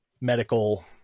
medical